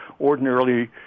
ordinarily